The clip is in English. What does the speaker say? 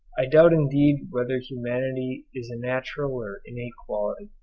i doubt indeed whether humanity is a natural or innate quality.